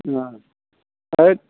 अ हैद